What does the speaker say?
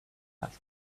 asked